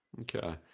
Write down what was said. okay